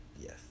Yes